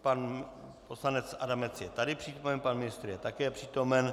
Pan poslanec Adamec je tady přítomen, pan ministr je také přítomen.